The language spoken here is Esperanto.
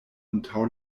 antaŭ